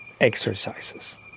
exercises